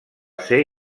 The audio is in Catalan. ser